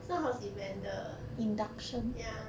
it's not house event the ya